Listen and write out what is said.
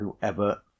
whoever